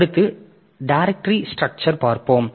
அடுத்து directory structure பார்ப்போம்